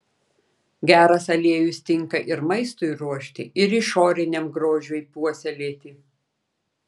geras aliejus tinka ir maistui ruošti ir išoriniam grožiui puoselėti